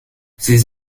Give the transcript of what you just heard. ces